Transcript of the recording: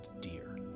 dear